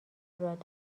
داد